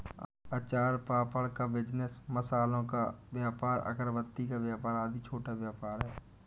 अचार पापड़ का बिजनेस, मसालों का व्यापार, अगरबत्ती का व्यापार आदि छोटा व्यापार है